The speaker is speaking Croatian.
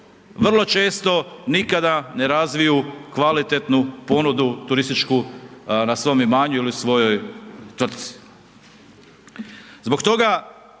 vrlo često nikada ne razviju kvalitetnu ponudu turističku na svom imanju ili i svojoj tvrtci.